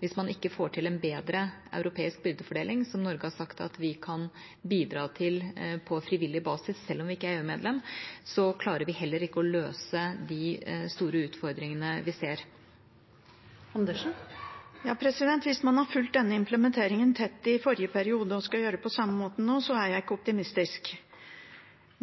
hvis man ikke får til en bedre europeisk byrdefordeling, som Norge har sagt at vi kan bidra til på frivillig basis, selv om vi ikke er EU-medlem, så klarer vi heller ikke å løse de store utfordringene vi ser. Hvis man har fulgt denne implementeringen tett i forrige periode og skal gjøre det på samme måten nå, så er jeg ikke optimistisk.